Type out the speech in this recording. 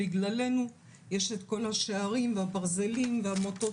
בגללנו יש את כל השערים והברזלים והמוטות